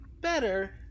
better